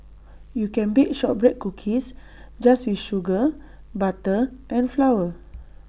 you can bake Shortbread Cookies just with sugar butter and flour